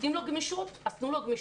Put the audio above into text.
נותנים לו גמישות, אז תנו לו גמישות.